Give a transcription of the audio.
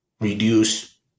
reduce